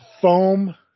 foam